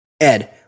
Ed